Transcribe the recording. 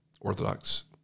Orthodox